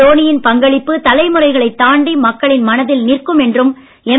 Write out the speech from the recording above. தோனியின் பங்களிப்பு தலைமுறைகளை தாண்டி மக்களின் மனதில் நிற்கும் என்றும் எம்